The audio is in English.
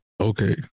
Okay